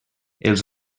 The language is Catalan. els